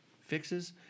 fixes